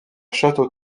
château